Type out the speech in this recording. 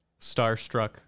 starstruck